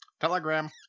Telegram